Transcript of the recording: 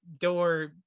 door